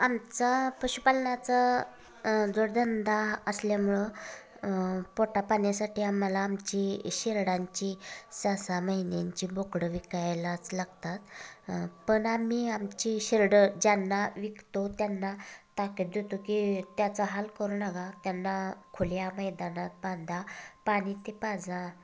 आमचा पशुपालनाचा जोडधंदा असल्यामुळं पोटापाण्यासाठी आम्हाला आमची शेरडांची सहा सहा महिन्यांची बोकडं विकायलाच लागतात पण आम्ही आमची शेरडं ज्यांना विकतो त्यांना ताकद देतो की त्यांचा हाल करू नका त्यांना खुले आम मैदानात बांधा पाणी ते पाजा